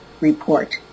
report